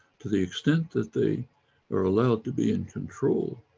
to the extent that they are allowed to be in control.